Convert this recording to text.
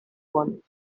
one